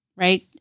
Right